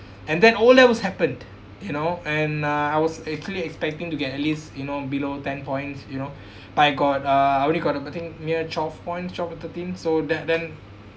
and then O levels happened you know and uh I was a clear expecting to get at least you know below ten points you know by god uh I only got uh I think mere twelve points twelve or thirteen so that then